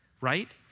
right